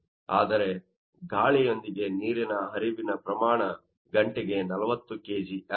ಆದರೆ ಗಾಳಿಯೊಂದಿಗೆ ನೀರಿನ ಹರಿವಿನ ಪ್ರಮಾಣ ಗಂಟೆಗೆ 40 kg ಯಾಗಿದೆ